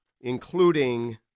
including